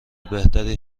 بهتری